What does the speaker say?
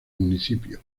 municipio